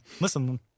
Listen